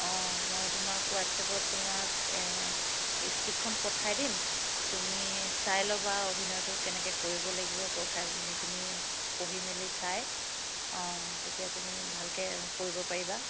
অঁ মই তোমাক হোৱাটছএপত তোমাক ইস্ক্ৰিপ্টখন পঠাই দিম তুমি চাই ল'বা অভিনয়টো কেনেকৈ কৰিব লাগিব কথা সেইখিনি পঢ়ি মেলি চাই অঁ তেতিয়া তুমি ভালকৈ কৰিব পাৰিবা